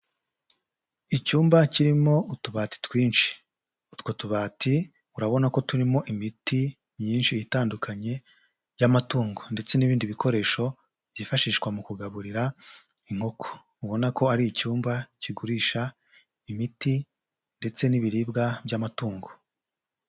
Icyumba kirimo utubati twinshi, utwo tubati urabona ko turimo imiti myinshi itandukanye y'amatungo ndetse n'ibindi bikoresho byifashishwa mu kugaburira inkoko, ubona ko ari icyumba kigurisha imiti ndetse n'ibiribwa by'amatungo.